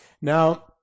Now